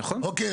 אוקיי?